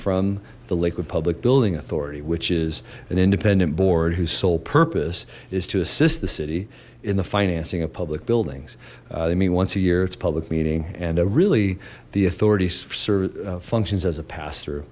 from the lakewood public building authority which is an independent board whose sole purpose is to assist the city in the financing of pub buildings they mean once a year it's public meaning and really the authorities serve functions as a pass